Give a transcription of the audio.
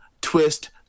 twist